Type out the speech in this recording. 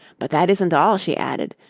but that isn't all, she added.